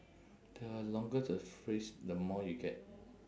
the longer the phrase the more you get